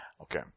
Okay